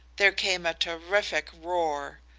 there came a terrific roar.